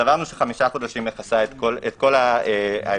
סברנו שחמישה חודשים מכסה את כל האפשרויות